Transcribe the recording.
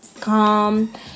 calm